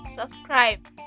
subscribe